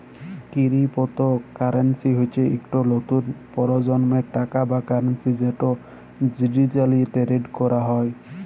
crypto currency হচ্যে ইকট লতুল পরজলমের টাকা বা কারেলসি যেট ডিজিটালি টেরেড ক্যরা হয়